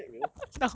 wait is that real